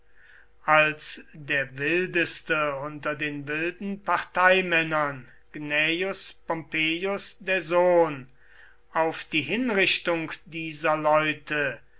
als der wildeste unter den wilden parteimännern gnaeus pompeius der sohn auf die hinrichtung dieser leute